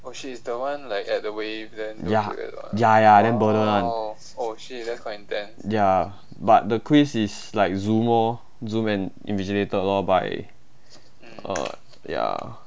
ya ya ya damn burden [one] ya but the quiz is like Zoom lor Zoom and invigilated by uh ya